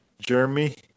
Jeremy